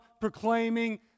proclaiming